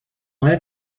های